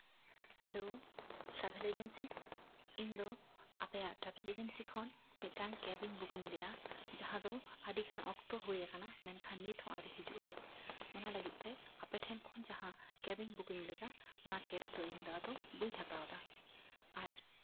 hello travel agency ᱤᱧ ᱫᱚ ᱟᱯᱮᱭᱟᱜ ᱴᱨᱟᱵᱷᱮᱹᱞ ᱮᱡᱮᱱᱥᱤ ᱠᱷᱚᱱ ᱢᱤᱫᱴᱟᱝ ᱠᱮᱹᱵ ᱤᱧ ᱵᱩᱠᱤᱝ ᱞᱮᱜᱼᱟ ᱡᱟᱦᱟᱸ ᱫᱚ ᱟᱹᱰᱤᱜᱟᱱ ᱚᱠᱛᱚ ᱦᱩᱭ ᱟᱠᱟᱱᱟ ᱢᱮᱱᱠᱷᱟᱱ ᱱᱤᱛᱦᱚᱸ ᱟᱹᱣᱨᱤ ᱦᱤᱡᱩᱜᱼᱟᱭ ᱚᱱᱟ ᱞᱟᱹᱜᱤᱫ ᱛᱮ ᱯᱮ ᱴᱷᱮᱱ ᱠᱷᱚᱱ ᱡᱟᱦᱟᱸ ᱠᱮᱹᱵ ᱤᱧ ᱵᱩᱠᱤᱝ ᱞᱮᱫᱟ ᱚᱱᱟ ᱠᱮᱹᱵ ᱫᱚ ᱤᱧ ᱫᱚ ᱟᱫᱚ ᱵᱟᱹᱧ ᱦᱟᱛᱟᱣᱫᱟ ᱟᱨ